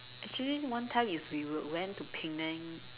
actually one time is we would went to Penang